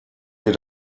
wir